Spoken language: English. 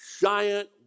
giant